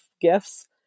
gifts